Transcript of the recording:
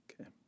Okay